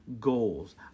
goals